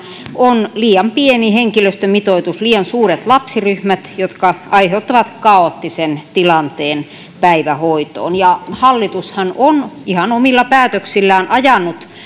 on liian pieni henkilöstömitoitus liian suuret lapsiryhmät jotka aiheuttavat kaoottisen tilanteen päivähoitoon ja hallitushan on ihan omilla päätöksillään ajanut